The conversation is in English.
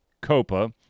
COPA